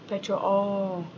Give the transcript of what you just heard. petrol orh